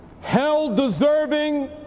hell-deserving